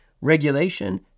regulation